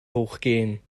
hochgehen